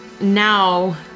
now